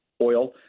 Oil